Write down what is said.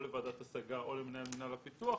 או לוועדת השגה או למנהל מינהל הפיתוח,